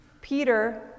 Peter